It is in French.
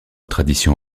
tradition